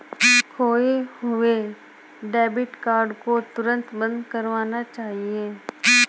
खोये हुए debit card को तुरंत बंद करवाना चाहिए